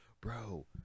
Bro